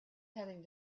heading